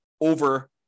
over